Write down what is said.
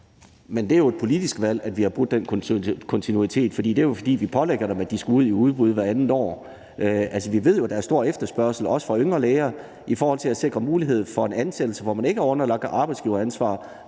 det er et politisk valg, at vi har brudt den kontinuitet, for det er jo, fordi de pålægger dem, at de skal ud i udbud hvert andet år. Altså, vi ved, at der er stor efterspørgsel også fra yngre læger i forhold til at sikre mulighed for en ansættelse, hvor man ikke er underlagt arbejdsgiveransvar,